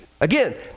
again